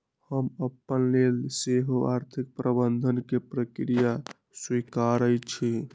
हम अपने लेल सेहो आर्थिक प्रबंधन के प्रक्रिया स्वीकारइ छी